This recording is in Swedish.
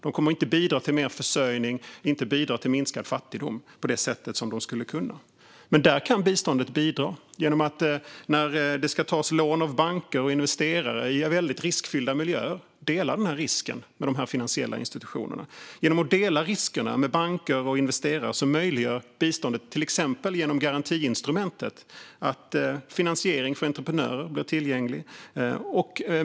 De kommer inte att bidra till mer försörjning eller minskad fattigdom på det sätt som de skulle kunna. Där kan biståndet bidra genom att när det ska tas lån från banker och investerare i väldigt riskfyllda miljöer dela den risken med de här finansiella institutionerna. Genom att dela riskerna med banker och investerare möjliggör biståndet till exempel genom garantiinstrumentet att finansiering för entreprenörer blir tillgänglig.